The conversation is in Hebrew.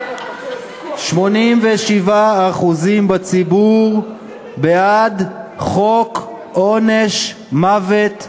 87% בציבור בעד חוק עונש מוות למחבלים,